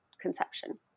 conception